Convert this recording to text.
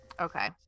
Okay